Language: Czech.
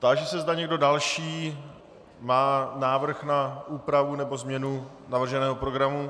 Táži se, zda někdo další má návrh na úpravu nebo změnu navrženého programu.